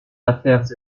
affaires